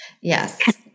Yes